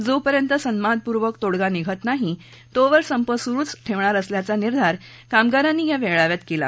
जोपर्यंत सन्मानपूर्वक तोडगा निघत नाही तोवर संप सुरूच ठेवणार असल्याचा निर्धार कामगारांनी या मेळाव्यात केला